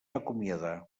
acomiadar